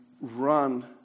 run